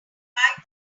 five